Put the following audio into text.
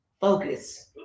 Focus